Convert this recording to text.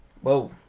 Whoa